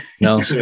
No